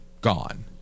gone